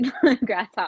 grasshopper